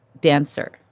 dancer